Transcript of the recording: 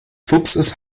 fuchses